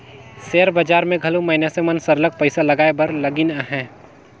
share बजार में घलो मइनसे मन सरलग पइसा लगाए बर लगिन अहें